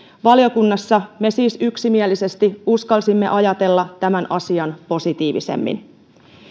valiokunnassa me siis yksimielisesti uskalsimme ajatella tämän asian positiivisemmin